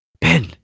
Ben